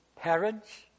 parents